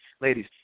Ladies